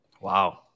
Wow